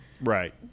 Right